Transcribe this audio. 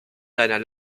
seiner